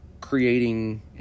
creating